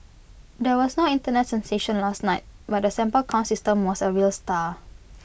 there was no Internet sensation last night but the sample count system was A real star